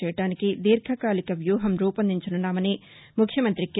చేయడానికి దీర్ఘకాలిక వ్యూహం రూపొందించనున్నామని ముఖ్యమంత్రి కె